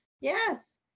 yes